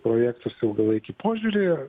projektus ilgalaikį požiūrį ar